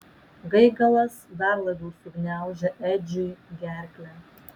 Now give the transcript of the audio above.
gaigalas dar labiau sugniaužė edžiui gerklę